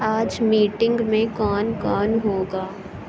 آج میٹنگ میں کون کون ہوگا